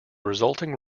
resulting